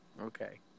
Okay